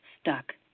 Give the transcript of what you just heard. stuck